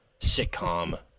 sitcom